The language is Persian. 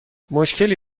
مشکلی